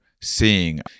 seeing